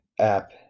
app